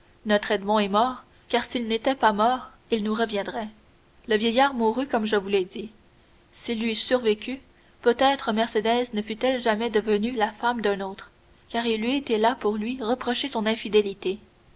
notre edmond est mort car s'il n'était pas mort il nous reviendrait le vieillard mourut comme je vous l'ai dit s'il eût vécu peut-être mercédès ne fût-elle jamais devenue la femme d'un autre car il eût été là pour lui reprocher son infidélité